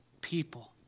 people